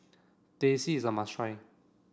Teh C is a must try